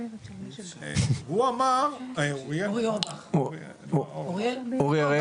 הוא אמר רגע,